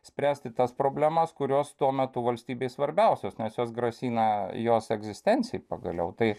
spręsti tas problemas kurios tuo metu valstybei svarbiausios nes jos grasina jos egzistencijai pagaliau tai